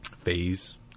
Phase